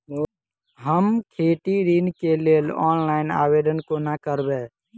हम खेती ऋण केँ लेल ऑनलाइन आवेदन कोना करबै?